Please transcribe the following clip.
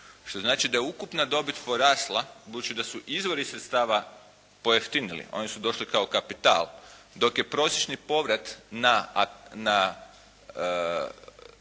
što znači da je ukupna dobit porasla budući da su izvori sredstava pojeftinili, oni su došli kao kapital dok je prosječni povrat na